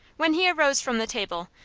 when he arose from the table,